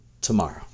tomorrow